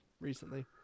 recently